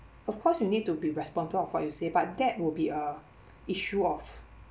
of course you need to be responsible of what you say but that will be a issue of